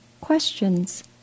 questions